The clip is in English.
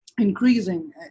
increasing